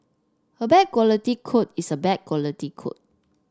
a bad quality code is a bad quality code